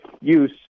use